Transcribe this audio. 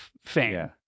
fame